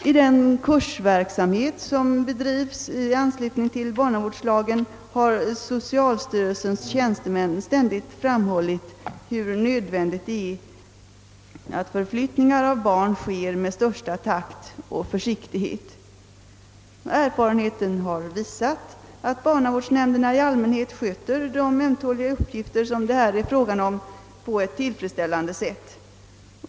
I den kursverksamhet som bedrivits i anslutning till barnavårdslagen har socialstyrelsens tjänstemän ständigt framhållit hur nödvändigt det är att förflyttningar av barn sker med största takt och försiktighet. Erfarenheten har visat att barnavårdsnämnderna i allmänhet sköter de ömtåliga uppgifter, som det här är fråga om, på ett tillfredsställande sätt.